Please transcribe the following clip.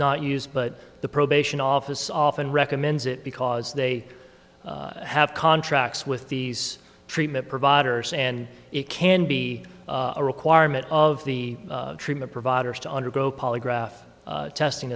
not used but the probation office often recommends it because they have contracts with these treatment providers and it can be a requirement of the treatment providers to undergo polygraph testing